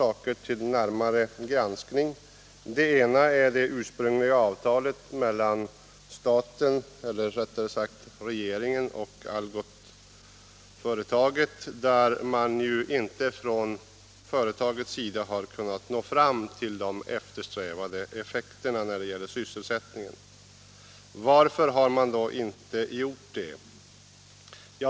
I det ursprungliga avtalet mellan regeringen och Algots har ju inte företaget kunnat nå de eftersträvade effekterna när det gäller sysselsättningen. Varför har man då inte gjort det?